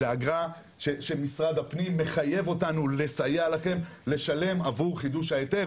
זו אגרה שמשרד הפנים מחייב אותנו לסייע לכם לשלם עבור חידוש ההיתר,